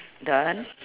done